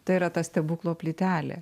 tai yra ta stebuklo plytelė